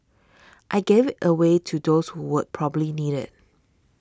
I gave it away to those who will probably need it